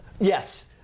Yes